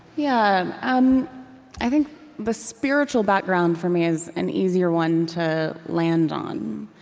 yeah um i think the spiritual background, for me, is an easier one to land on.